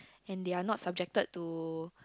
and they are not subjected to